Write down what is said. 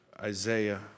Isaiah